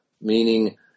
meaning